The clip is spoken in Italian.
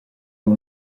con